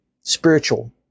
spiritual